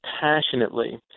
passionately